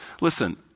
Listen